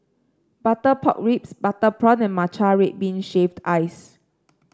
Butter Pork Ribs Butter Prawn and Matcha Red Bean Shaved Ice